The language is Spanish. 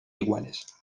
iguales